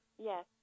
Yes